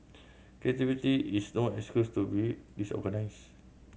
creativity is no excuse to be disorganised